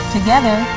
Together